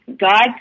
God